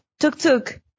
tuk-tuk